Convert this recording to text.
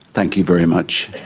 thank you very much.